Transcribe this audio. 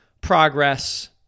progress